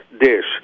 dish